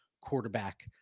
quarterback